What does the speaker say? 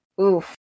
Oof